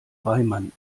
reimann